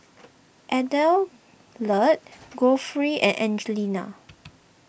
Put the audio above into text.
Adelard Godfrey and Angelina